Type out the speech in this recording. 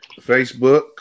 Facebook